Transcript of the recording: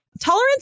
Tolerance